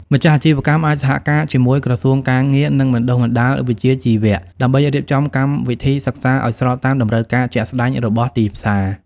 ម្ចាស់អាជីវកម្មអាចសហការជាមួយក្រសួងការងារ និងបណ្ដុះបណ្ដាលវិជ្ជាជីវៈដើម្បីរៀបចំកម្មវិធីសិក្សាឱ្យស្របតាមតម្រូវការជាក់ស្តែងរបស់ទីផ្សារ។